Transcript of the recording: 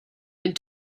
and